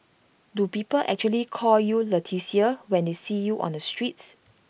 do people actually call you Leticia when they see you on the streets